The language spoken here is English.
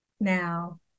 now